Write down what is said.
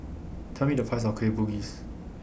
Tell Me The Price of Kueh Bugis